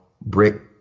brick